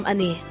Ani